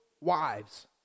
wives